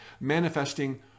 manifesting